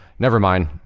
nevermind.